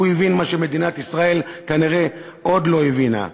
והוא הבין מה שמדינת ישראל כנראה עוד לא הבינה.